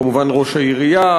כמובן ראש העירייה,